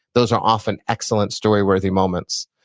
those are often excellent story-worthy moments.